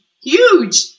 huge